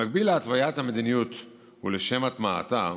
במקביל להתוויית המדיניות ולשם הטמעתה